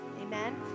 amen